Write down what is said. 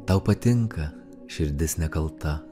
tau patinka širdis nekalta